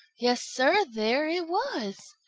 yes, sir, there it was!